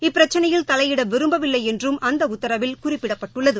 இப்பிரச்சனையில் தலையிட விரும்பவில்லை என்றும் அந்த உத்தரவில் குறிப்பிடப்பட்டுள்ளது